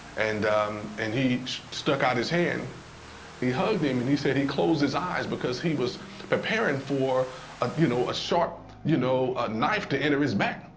and um and he stuck out his hand he hugged him and he said he closed his eyes, because he was but prearing for a you know sharp you know ah knife to enter his back.